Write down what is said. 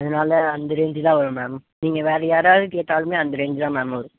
அதனால் அந்த ரேஞ்சு தான் வரும் மேம் நீங்கள் வேறு யாராவது கேட்டாலுமே அந்த ரேஞ்சு தான் மேம் வரும்